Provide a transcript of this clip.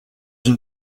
une